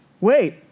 Wait